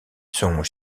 son